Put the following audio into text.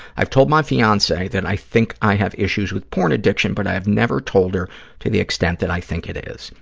i've told my fiancee that i think i have issues with porn addiction, but i have never told her to the extent that i think it is.